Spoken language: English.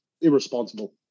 irresponsible